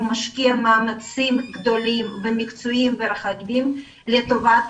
הוא משקיע מאמצים גדולים ומקצועיים לטובת